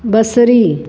बसरी